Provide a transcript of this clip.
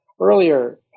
earlier